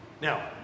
Now